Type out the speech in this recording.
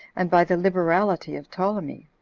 and by the liberality of ptolemy.